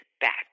back